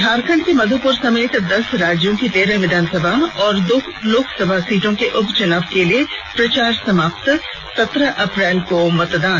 झारखंड के मध्यूपुर समेत दस राज्यों की तेरह विधानसभा और दो लोकसभा सीटों के उपचुनाव के लिए प्रचार समाप्त सत्रह अप्रैल को मतदान